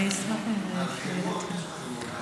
אין יותר פשיטת רגל מוסרית מזה.